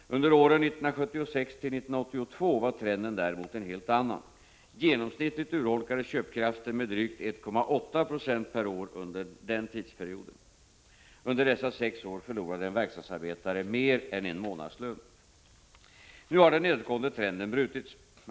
Under åren 1976 till 1982 var trenden däremot en helt annan. Genomsnittligt urholkades köpkraften med drygt 1,870 per år under denna tidsperiod. Under dessa sex år förlorade en verkstadsarbetare mer än en månads lön. Nu har den nedåtgående trenden brutits.